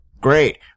Great